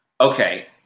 Okay